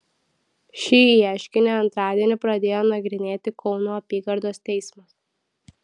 šį ieškinį antradienį pradėjo nagrinėti kauno apygardos teismas